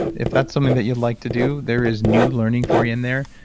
if that's something that you'd like to do there is new learning for you in there.